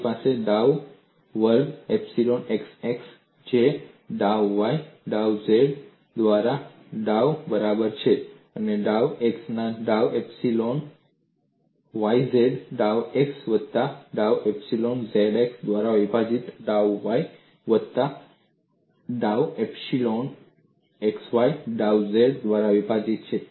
મારી પાસે ડાઉ વર્ગ એપ્સીલોન xx છે જે ડાઉ y ડાઉ z દ્વારા ડાઉ બરાબર છે ડાઉ x ના ડાઉ એપ્સીલોન y z ડાઉ x વત્તા ડાઉ એપ્સીલોન z x દ્વારા વિભાજીત ડાઉ y વત્તા ડાઉ એપ્સીલોન x y ડાઉ z દ્વારા વિભાજીત છે